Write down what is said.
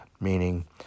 Meaning